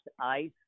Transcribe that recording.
ice